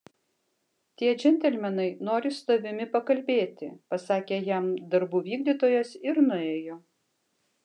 tie džentelmenai nori su tavimi pakalbėti pasakė jam darbų vykdytojas ir nuėjo